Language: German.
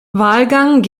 wahlgang